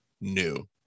new